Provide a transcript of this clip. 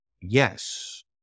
yes